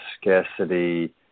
scarcity